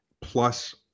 plus